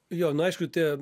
jo nu aišku tie